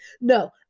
No